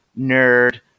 nerd